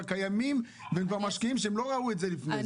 קיימים והם כבר משקיעים שלא ראו את זה לפני זה.